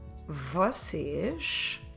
vocês